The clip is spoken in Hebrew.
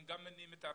גם מניעים את הרכש,